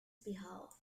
behalf